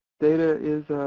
data is,